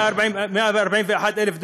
141,000 דונם,